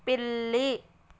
పిల్లి